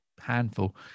handful